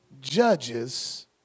judges